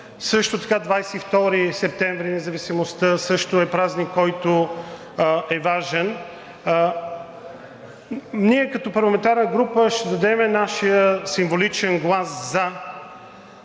Също така 22 септември – Независимостта, също е празник, който е важен. Ние като парламентарна група ще дадем нашия символичен глас за